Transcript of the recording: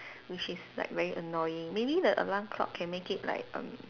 which is like very annoying maybe the alarm clock can make it like um